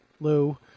Lou